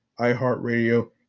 iHeartRadio